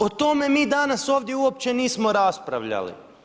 O tome mi danas ovdje uopće nismo raspravljali.